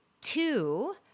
Two